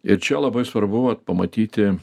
ir čia labai svarbu vat pamatyti